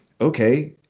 okay